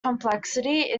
complexity